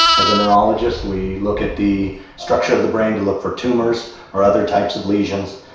as a neurologist, we look at the structure of the brain to look for tumours, or other types of lesions.